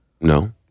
No